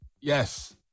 Yes